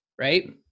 right